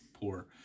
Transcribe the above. poor